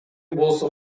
болсо